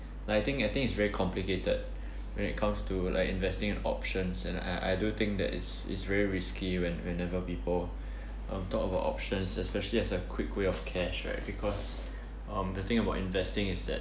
like I think I think it's very complicated when it comes to like investing in options and I I do think that it's it's very risky when whenever people um talk about options especially as a quick way of cash right because um the thing about investing is that